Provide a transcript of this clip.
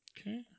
Okay